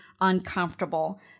Uncomfortable